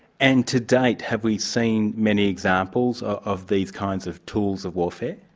and to date have we seen many examples of these kinds of tools of warfare?